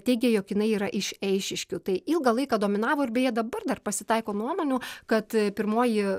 teigė jog jinai yra iš eišiškių tai ilgą laiką dominavo ir beje dabar dar pasitaiko nuomonių kad pirmoji